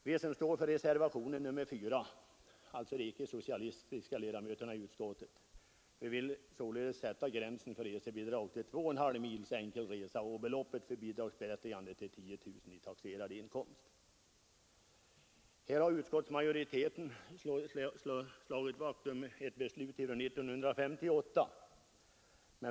Vi som står för reservationen 4 — alltså de icke-socialistiska ledamöterna i utskottet — vill sätta gränsen för resekostnadsersättning till två och en halv mil enkel resa och beloppet för bidragsberättigande till 10 000 kronor i taxerad inkomst. Utskottsmajoriteten har velat slå vakt om ett beslut från 1958.